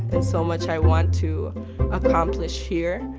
there's so much i want to accomplish here.